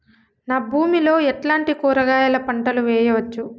నా భూమి లో ఎట్లాంటి కూరగాయల పంటలు వేయవచ్చు?